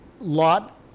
Lot